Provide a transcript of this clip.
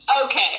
Okay